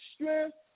strength